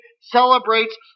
celebrates